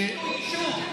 הציתו יישוב.